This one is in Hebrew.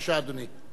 בבקשה, אדוני.